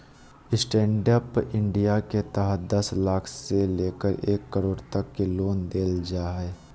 stand up India के तहत दस लाख से लेकर एक करोड़ तक के लोन देल जा हइ